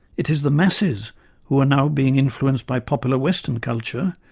it is the masses who are now being influenced by popular western culture,